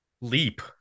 leap